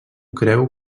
creu